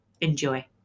Enjoy